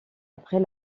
après